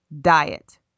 diet